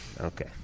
Okay